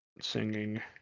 Singing